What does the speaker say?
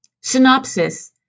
Synopsis